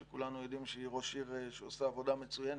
שכולנו יודעים שהיא ראשת עיר שעושה עבודה מצוינת,